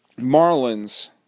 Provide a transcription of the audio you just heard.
Marlins